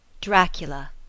Dracula